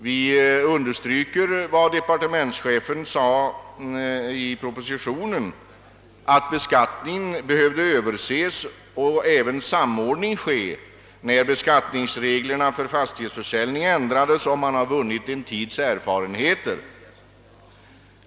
Vi understryker vad departementschefen sade i sin proposition, nämligen att beskattningen borde överses och att även en samordning borde ske efter det att beskattningsreglerna för fastighetsförsäljning ändrats. Men man borde först avvakta en tids erfarenheter.